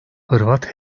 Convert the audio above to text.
hırvat